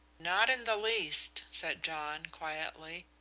not in the least, said john, quietly.